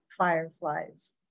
Fireflies